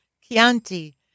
Chianti